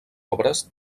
obres